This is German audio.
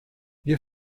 wir